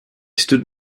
stood